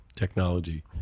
Technology